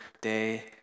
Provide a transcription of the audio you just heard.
day